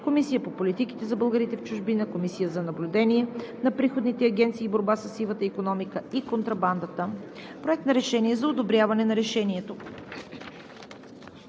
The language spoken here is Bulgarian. Комисията по политиките за българите в чужбина; Комисията за наблюдение на приходните агенции и борба със сивата икономика и контрабандата. Проект на решение за одобряване на Решението